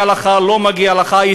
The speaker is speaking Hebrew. מגיע לך, לא מגיע לך.